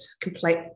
complete